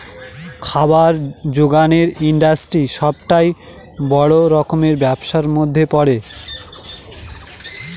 খাবার জোগানের ইন্ডাস্ট্রি সবটাই বড় রকমের ব্যবসার মধ্যে পড়ে